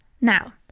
Now